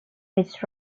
which